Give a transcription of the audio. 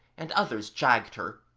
and others jagged her,